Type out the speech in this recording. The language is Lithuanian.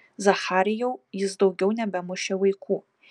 zacharijau jis daugiau nebemušė vaikų